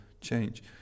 change